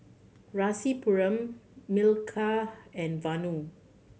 Rasipuram Milkha and Vanu